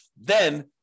then-